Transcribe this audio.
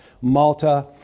Malta